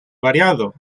variado